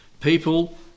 People